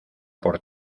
por